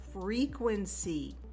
frequency